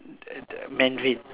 Mandarin